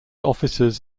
offices